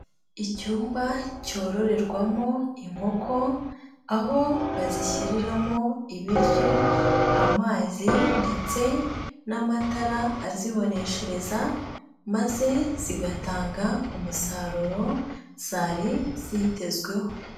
Icyumba cyororerwamo inkoko aho bazishyiriramo ibiryo, amazi ndetse n'amatara aziboneshereza, maze zigatanga umusaruro zari zitezweho.